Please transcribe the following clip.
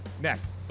next